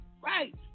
right